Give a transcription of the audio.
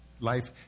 Life